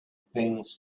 things